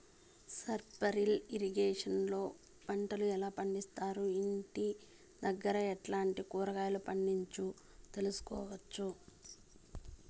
Sprinkle irrigation లో పంటలు ఎలా పండిస్తారు, ఇంటి దగ్గరే ఎట్లాంటి కూరగాయలు పండించు తెలుసుకోవచ్చు?